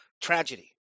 tragedy